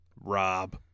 Rob